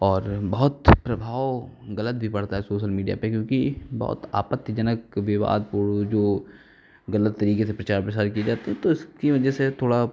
और बहुत प्रभाव गलत भी पड़ता है सोसल मीडिया पे क्योंकि बहुत आपत्तिजनक विवादपूर्ण जो गलत तरीके से प्रचार प्रसार किए जाते हैं तो इसकी वजह से थोड़ा